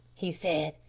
he said,